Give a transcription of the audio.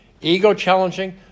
ego-challenging